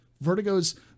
Vertigo's